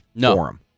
forum